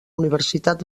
universitat